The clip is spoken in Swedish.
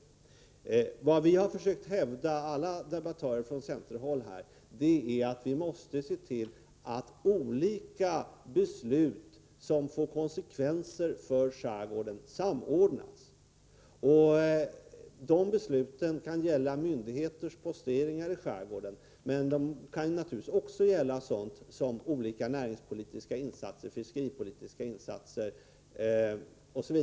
Alla centerdebattörer har försökt hävda att vi måste se till att olika beslut som får konsekvenser för skärgården samordnas. Besluten kan gälla myndigheters posteringar i skärgården men kan naturligtvis också, som sagt, gälla t.ex. olika näringspolitiska och fiskeripolitiska insatser.